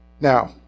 Now